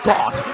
God